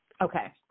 Okay